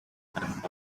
cracked